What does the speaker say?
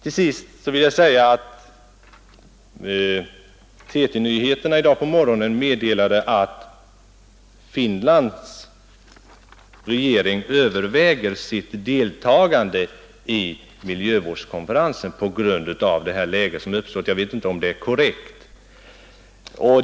I TT-nyheterna i dag på morgonen meddelades att Finlands regering överväger sitt deltagande i miljövårdskonferensen på grund av det läge som uppstått — jag vet inte om det är en korrekt uppgift.